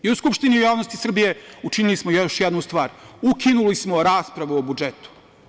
I u Skupštini i u javnosti Srbije učinili smo još jednu stvar, ukinuli smo raspravu o budžetu.